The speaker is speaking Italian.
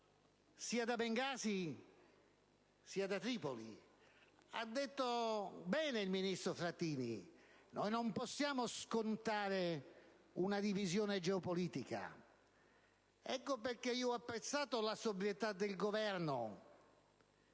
sia da Bengasi che da Tripoli. Ha detto bene il ministro Frattini: non possiamo scontare una divisione geopolitica. Ecco perché ho apprezzato la sobrietà del Governo